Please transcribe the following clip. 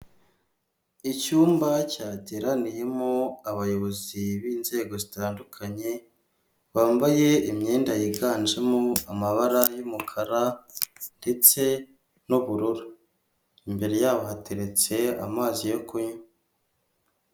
Icyumba cyateraniyemo abayobozi b'inzego zitandukanye, bambaye imyenda yiganjemo amabara y'umukara ndetse n'ubururu, imbere yabo hateretse amazi yo kunywa.